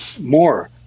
more